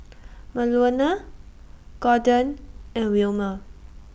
Manuela Gordon and Wilmer